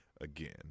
again